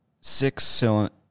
six-cylinder